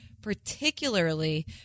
particularly